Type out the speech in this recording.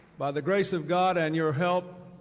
by the grace of god and you're help,